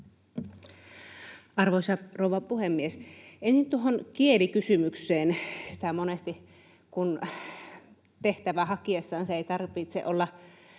Arvoisa rouva puhemies! Ensin tuohon kielikysymykseen: Sitä monesti tehtävää hakiessaan — se ei tarvitse olla